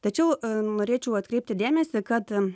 tačiau norėčiau atkreipti dėmesį kad